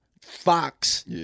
Fox